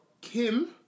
Kim